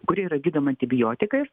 kuri yra gydoma antibiotikais